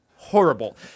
horrible